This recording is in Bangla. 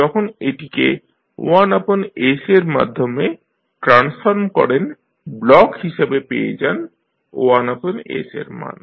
যখন এটিকে 1s এর মাধ্যমে ট্রান্সফর্ম করেন ব্লক হিসাবে পেয়ে যান 1s এর মান